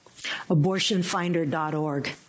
Abortionfinder.org